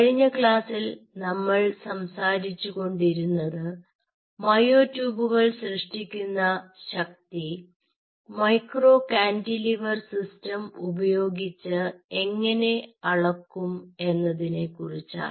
കഴിഞ്ഞ ക്ലാസ്സിൽ നമ്മൾ സംസാരിച്ചുകൊണ്ടിരുന്നത് മയോട്യൂബുകൾ സൃഷ്ടിക്കുന്ന ശക്തി മൈക്രോ കാന്റിലിവർ സിസ്റ്റം ഉപയോഗിച്ച് എങ്ങനെ അളക്കും എന്നതിനെക്കുറിച്ചാണ്